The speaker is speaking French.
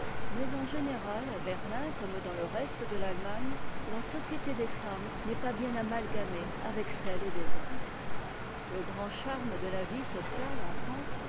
mais en général à berlin comme dans le reste de l'allemagne la société des femmes n'est pas bien amalgamée avec celle des hommes le grand charme de la vie sociale en france